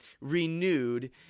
renewed